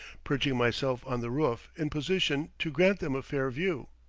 perching myself on the roof in position to grant them a fair view.